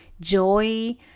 joy